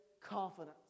confidence